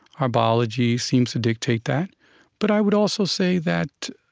our biology seems to dictate that but i would also say that